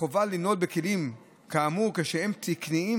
חובה לנהוג בכלים כאמור כשהם תקניים,